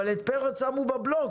אבל את פרץ שמו בבלוק,